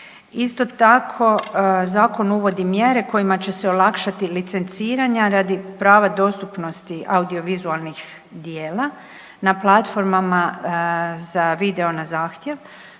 Isto tako zakon uvodi mjere kojima će se olakšati licenciranja radi prava dostupnosti audiovizualnih djela na platformama za video na zahtjev